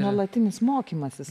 nuolatinis mokymasis